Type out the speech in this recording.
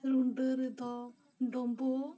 ᱫᱚ ᱰᱳᱢᱵᱳᱜ